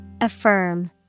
Affirm